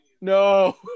No